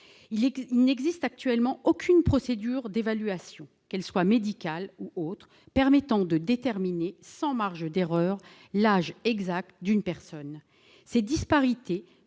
Il n'existe actuellement aucune procédure d'évaluation, qu'elle soit médicale ou autre, permettant de déterminer sans marge d'erreur l'âge exact d'une personne. Ces disparités